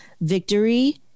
victory